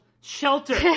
shelter